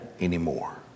anymore